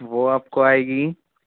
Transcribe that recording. वो आपको आएगी